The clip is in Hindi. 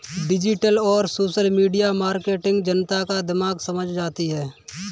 डिजिटल और सोशल मीडिया मार्केटिंग जनता का दिमाग समझ जाती है